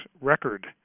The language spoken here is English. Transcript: record